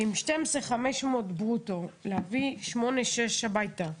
ועם 12,500 ברוטו להביא 8,600 הביתה,